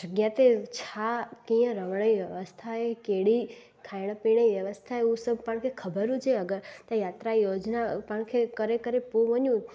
अॻियां ते छा कीअं रहण जी व्यवस्था आहे कहिड़ी खाइण पीअण जी व्यवस्था आहे उहे सभु पाण खे ख़बर हुजे अगरि त यात्रा योजना पाण खे करे करे पोइ वञूं